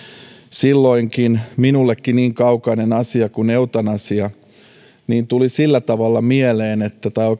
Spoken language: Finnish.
silloin minullekin niin kaukainen asia kuin eutanasia tuli sillä tavalla mieleen tai